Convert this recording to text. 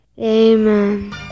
Amen